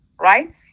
right